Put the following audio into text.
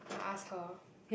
I ask her